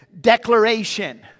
declaration